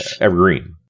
evergreen